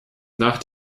nach